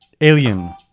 Alien